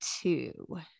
two